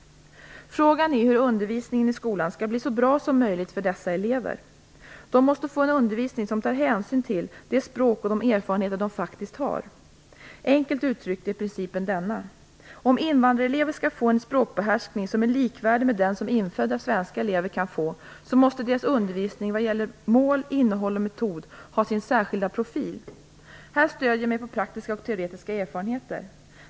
Frågan är hur undervisningen i skolan skall bli så bra som möjligt för dessa elever. De måste få en undervisning som tar hänsyn till det språk och de erfarenheter de faktiskt har. Enkelt uttryckt är principen denna: Om invandrarelever skall få en språkbehärskning som är likvärdig med den som infödda svenska elever kan få måste deras undervisning vad gäller mål, innehåll och metod ha sin särskilda profil. Här stödjer jag mig på praktiska och teoretiska erfarenheter.